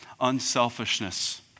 Unselfishness